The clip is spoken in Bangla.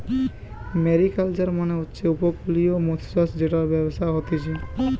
মেরিকালচার মানে হচ্ছে উপকূলীয় মৎস্যচাষ জেটার ব্যবসা হতিছে